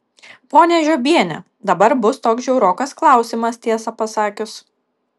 ponia žiobiene dabar bus toks žiaurokas klausimas tiesą pasakius